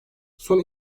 son